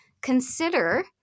consider